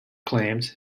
claimed